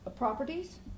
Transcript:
Properties